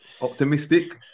optimistic